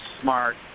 smart